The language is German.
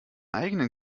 eigenen